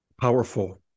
powerful